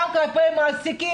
גם כלפי המעסיקים,